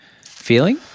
feeling